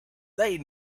they